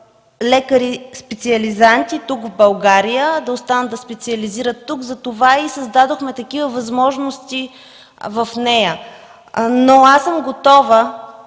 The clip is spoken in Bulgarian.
лекари специализанти в България, да останат да специализират тук и затова създадохме такива възможности в нея. Аз съм готова